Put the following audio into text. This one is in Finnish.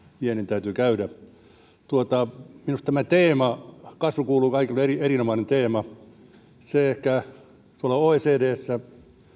viennin täytyy käydä minusta teema kasvu kuuluu kaikille on erinomainen teema oecdssä